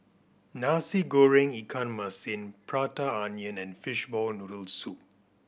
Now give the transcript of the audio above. Nasi Goreng ikan masin Prata Onion and fishball noodle soup